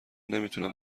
نمیتونم